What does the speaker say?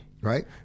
right